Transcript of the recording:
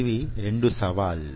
ఇవి ఈ రెండు సవాళ్లు